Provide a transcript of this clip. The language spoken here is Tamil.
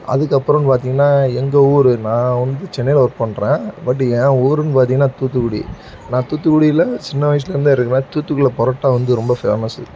அதுக்கப்புறோன்னு பார்த்தீங்கன்னா எங்கள் ஊர் நான் வந்து சென்னையில் ஒர்க் பண்ணுறேன் பட்டு என் ஊருன்னு பார்த்தீங்கன்னா தூத்துக்குடி நான் தூத்துக்குடியில் சின்ன வயிசுலேருந்தே இருக்கிறேன் தூத்துக்குடியில் பரோட்டா வந்து ரொம்ப ஃபேமஸ்ஸு